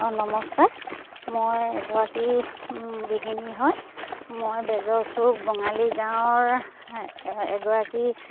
অঁ নমস্কাৰ মই এগৰাকী গৃহিণী হয় মই বেজৰ চুক বঙালী গাঁৱৰ এগৰাকী